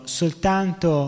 soltanto